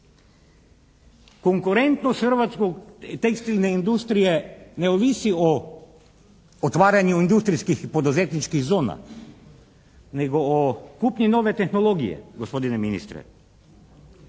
Konkurentnost hrvatskog, tekstilne industrije ne ovisi o otvaranju industrijskih poduzetničkih zona, nego o kupnji nove tehnologije gospodine ministre.